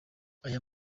aya